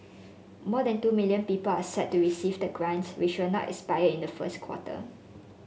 more than two million people are set to receive the grant which will not expire in the first quarter